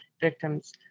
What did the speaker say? victims